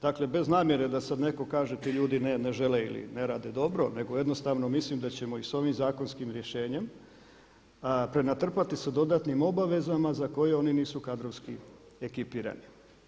Dakle, bez namjere da sad netko kaže ti ljudi ne žele ili ne rade dobro, nego jednostavno mislim da ćemo i sa ovim zakonskim rješenjem prenatrpati se dodatnim obavezama za koje oni nisu kadrovski ekipirani.